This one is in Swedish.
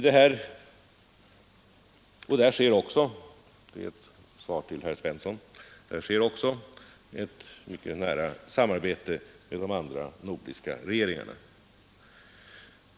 Där bedrivs också — det är svar till herr Svensson — ett mycket nära samarbete med de andra nordiska regeringarna.